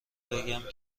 بگم